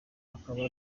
akaba